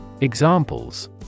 Examples